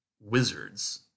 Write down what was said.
wizards